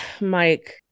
Mike